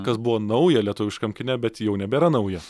kas buvo nauja lietuviškam kine bet jau nebėra nauja